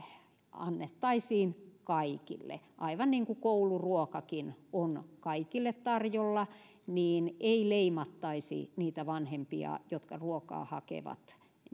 annettaisiin kaikille aivan niin kuin kouluruokakin on kaikille tarjolla että ei leimattaisi niitä vanhempia jotka ruokaa hakevat